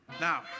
Now